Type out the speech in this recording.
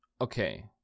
Okay